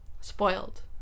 Spoiled